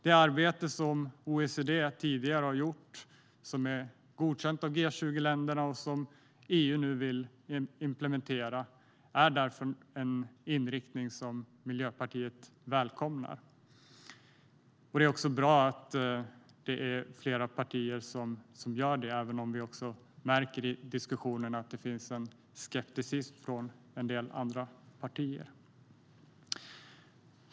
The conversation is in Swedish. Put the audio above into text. Det arbete som OECD har gjort, som är godkänt av G20-länderna och som EU nu vill implementera, är därför en inriktning som Miljöpartiet välkomnar. Det är också bra att det är flera partier som gör det, även om vi också märker i diskussionen att det finns en skepsis från en del andra partier.